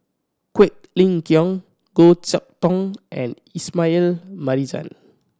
Quek Ling Kiong Goh Chok Tong and Ismail Marjan